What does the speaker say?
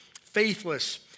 faithless